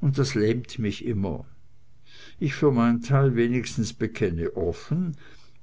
und das lähmt immer ich für mein teil wenigstens bekenne offen